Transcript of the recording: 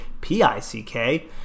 P-I-C-K